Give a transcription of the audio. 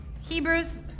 Hebrews